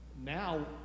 now